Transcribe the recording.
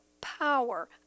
power